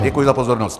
Děkuji za pozornost.